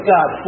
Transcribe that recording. God